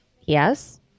Yes